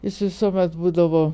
jis visuomet būdavo